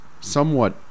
somewhat